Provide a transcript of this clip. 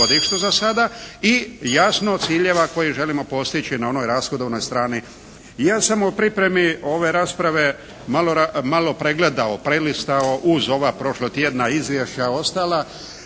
i jasno ciljeva koje želimo postići na onoj rashodovnoj strani. Ja sam u pripremi ove rasprave malo pregledao, prelistao uz ova prošlotjedna izvješća ostala